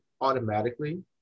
automatically